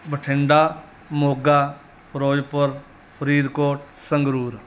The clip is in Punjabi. ਬਠਿੰਡਾ ਮੋਗਾ ਫ਼ਿਰੋਜ਼ਪੁਰ ਫ਼ਰੀਦਕੋਟ ਸੰਗਰੂਰ